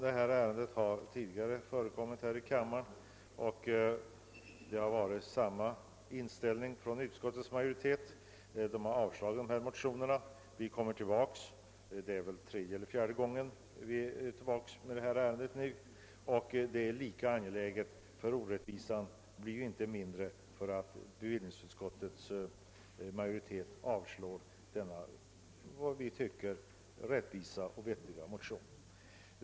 Det här ärendet har som sagt förekommit tidigare i kammaren, och utskottets majoritet har då visat samma inställning som nu genom att avstyrka motionerna. Det är väl nu tredje eller fjärde gången vi kommer tillbaka med ärendet, som fortfarande är lika angeläget. Orättvisan blir nämligen inte mindre genom att bevillningsutskottets majoritet avstyrker denna, såsom vi tycker, riktiga och rättvisa motion.